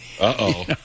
Uh-oh